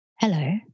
Hello